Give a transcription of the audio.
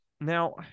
now